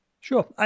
Sure